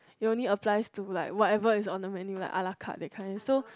it only applies to like whatever is on the menu like ala carte that kind so